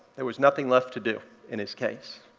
there was nothing left to do in his case.